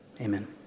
Amen